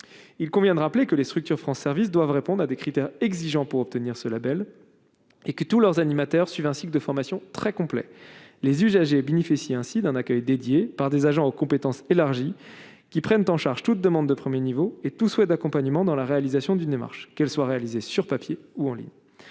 il convient de rappeler que les structures France services doivent répondre à des critères exigeants pour obtenir ce Label et que tous leurs animateurs suivent un cycle de formation très complet, les usagers bénéficient ainsi d'un accueil dédiés par des agents aux compétences élargies qui prennent en charge toute demande de 1er niveau et tous souhaitent d'accompagnement dans la réalisation d'une démarche qu'elle soit réalisé sur papier ou en ligne,